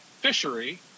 fishery